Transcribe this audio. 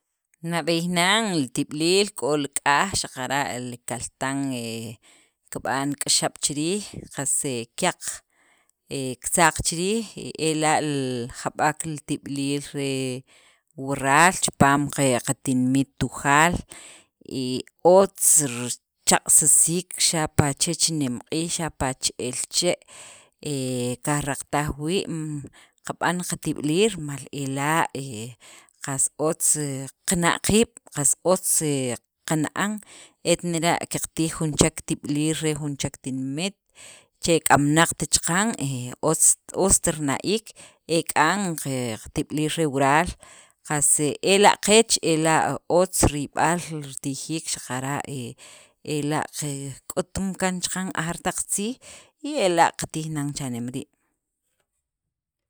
Nab'eey nan li tib'iliil k'o li k'aj xaqara' li kaltan kib'an k'axaab' chi riij, qas kyaq, he kitzaq chi riij, ela' li jab'ek li tib'iliil re wural chipaam qe qatinimit Tujaal y otz richaq'sisiik, xapa' chech nemq'iij, xapa' che'el che he kajraqataj wii', mm qab'an qatib'iliil, mal ela' he qas otz qana' qiib', qas otz he qana'an, et nera' qatij jun chek tib'iliil re jun chek tinimit che k'amnaqt chaqan he otzt ust rina'iik, ek'an qe li tib'iliil re wural qas ela' qeech, riyb'al ritijiik xaqara' he ela' qe k'utun kaan chaqan ajeer taq tziij y ela' qatij nan cha'nem rii'.